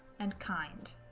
and kind,